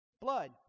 blood